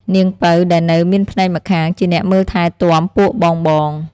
នាងពៅដែលនៅមានភ្នែកម្ខាងជាអ្នកមើលថែទាំពួកបងៗ។